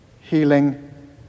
healing